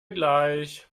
gleich